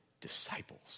disciples